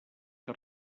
que